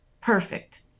perfect